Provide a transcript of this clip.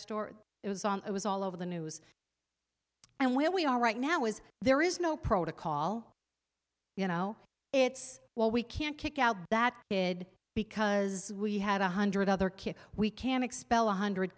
story it was on it was all over the news and where we are right now is there is no protocol you know it's well we can't kick out that good because we had one hundred other kids we can expel a hundred